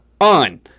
on